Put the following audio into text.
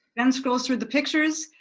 jen scrolls through the pictures.